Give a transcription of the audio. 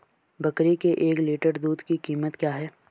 बकरी के एक लीटर दूध की कीमत क्या है?